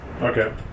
Okay